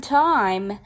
time